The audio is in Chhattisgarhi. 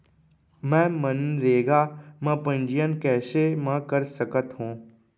मैं मनरेगा म पंजीयन कैसे म कर सकत हो?